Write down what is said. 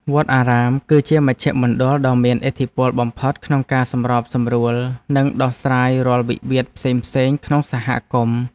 វត្តអារាម គឺជាមជ្ឈមណ្ឌលដ៏មានឥទ្ធិពលបំផុតក្នុងការសម្របសម្រួល និងដោះស្រាយរាល់វិវាទផ្សេងៗក្នុងសហគមន៍។